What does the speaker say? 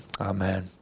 Amen